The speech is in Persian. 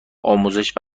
آموزش